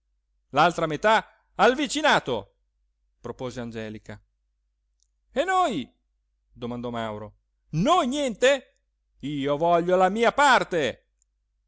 l'altra metà al vicinato propose angelica e noi domandò mauro noi niente io voglio la mia parte